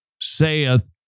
saith